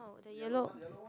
the yellow